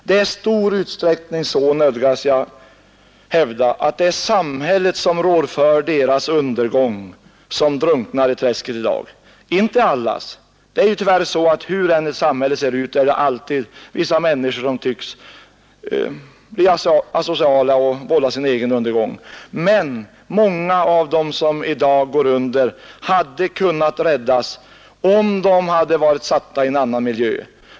Det är i stor utsträckning så, nödgas jag hävda, att samhället rår för deras undergång som drunknar i träsket i dag — dock inte allas. Hur samhället än ser ut, finns det alltid vissa människor som blir asociala och vållar sin egen undergång. Men många som i dag går under hade kunnat räddas, om de hade varit satta i en annan miljö.